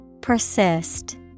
Persist